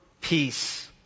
peace